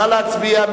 נא להצביע.